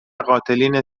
قاتلین